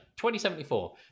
2074